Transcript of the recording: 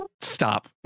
stop